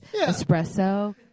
espresso